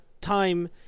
time